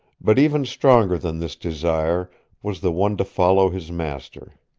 but even stronger than this desire was the one to follow his master.